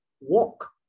walk